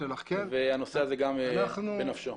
והנושא הזה גם בנפשו.